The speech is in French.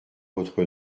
votre